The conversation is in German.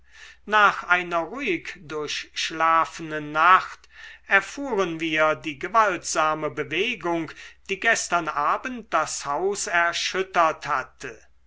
nach einer ruhig durchschlafenen nacht erfuhren wir die gewaltsame bewegung die gestern abend das haus erschüttert hatte